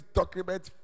document